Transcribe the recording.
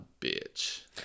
bitch